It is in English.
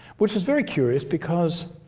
which was very curious because